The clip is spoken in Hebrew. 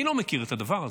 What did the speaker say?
אני לא מכיר את הדבר הזה.